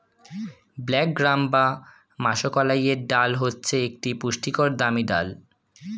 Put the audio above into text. black gram বা মাষকলাইয়ের ডাল হচ্ছে একটি পুষ্টিকর দামি ডাল